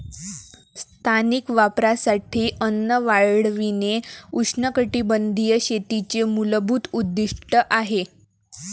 स्थानिक वापरासाठी अन्न वाढविणे उष्णकटिबंधीय शेतीचे मूलभूत उद्दीष्ट आहे